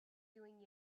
doing